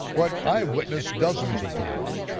what i've witnessed dozens of times.